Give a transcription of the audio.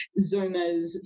Zoomers